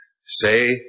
say